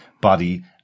body